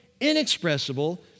inexpressible